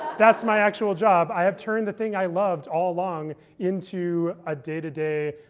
that's my actual job. i have turned the thing i loved all along into a day-to-day